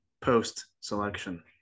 post-selection